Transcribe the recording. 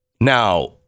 Now